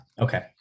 okay